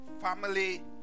family